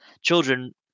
children